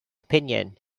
opinion